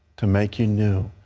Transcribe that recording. to make you new,